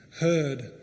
heard